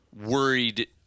worried